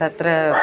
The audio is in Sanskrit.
तत्र